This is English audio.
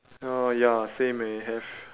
oh ya same man have